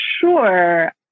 Sure